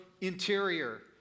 interior